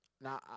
Now